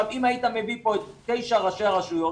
היית מביא לפה את תשע ראשי הרשויות